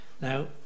Now